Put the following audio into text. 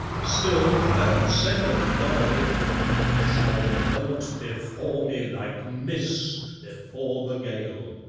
still, that second army shall melt before me like mist before the gale,